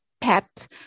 pet